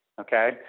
okay